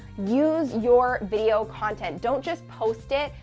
use your video content. don't just post it,